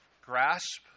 grasp